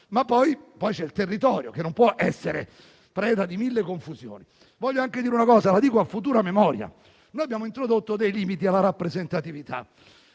ma poi c'è il territorio, che non può essere preda di mille confusioni. Voglio aggiungere una riflessione a futura memoria. Noi abbiamo introdotto dei limiti alla rappresentatività.